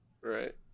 Right